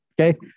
Okay